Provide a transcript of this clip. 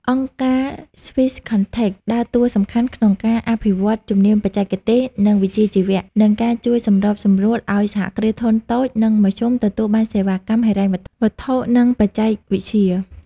អង្គការ Swisscontact ដើរតួសំខាន់ក្នុងការអភិវឌ្ឍ "ជំនាញបច្ចេកទេស និងវិជ្ជាជីវៈ" និងការជួយសម្របសម្រួលឱ្យ សហគ្រាសធុនតូច និងមធ្យម ទទួលបានសេវាកម្មហិរញ្ញវត្ថុ និងបច្ចេកវិទ្យា។